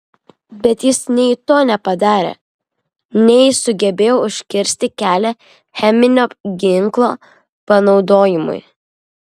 bet jis nei to nepadarė nei sugebėjo užkirsti kelią cheminio ginklo panaudojimui